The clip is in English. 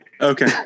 Okay